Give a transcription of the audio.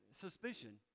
suspicion